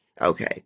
Okay